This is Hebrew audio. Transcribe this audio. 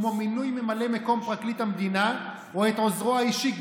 כמו מינוי ממלא מקום פרקליט המדינה או את עוזרו האישי,